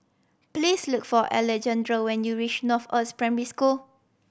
please look for Alejandro when you reach Northoaks Primary School